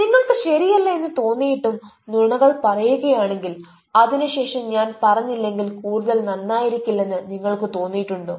നിങ്ങൾക്ക് ശരിയല്ല എന്ന് തോന്നുന്നിയിട്ടും നുണകൾ പറയുകയാണെങ്കിൽ അതിനുശേഷം ഞാൻ പറഞ്ഞില്ലെങ്കിൽ കൂടുതൽ നന്നായിരിക്കില്ലെന്ന് നിങ്ങൾക്ക് തോന്നിയിട്ടുണ്ടോ